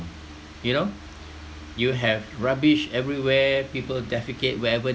you know you have rubbish everywhere people defecate wherever